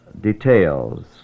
details